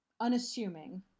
unassuming